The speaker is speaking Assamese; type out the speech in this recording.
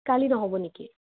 কালি নহ'ব নেকি